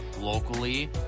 locally